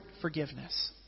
forgiveness